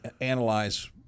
analyze